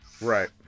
Right